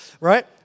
right